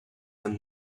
and